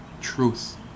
truth